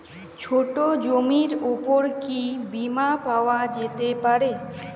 ছোট জমির উপর কি বীমা পাওয়া যেতে পারে?